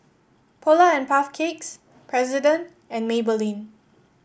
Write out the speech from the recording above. Polar and Puff Cakes President and Maybelline